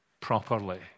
properly